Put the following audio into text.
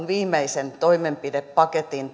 viimeisen toimenpidepaketin